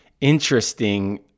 interesting